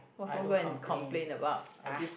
what for go and complain about ah